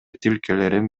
тилкелерин